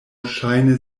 ŝajne